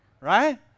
Right